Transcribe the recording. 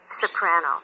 soprano